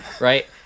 right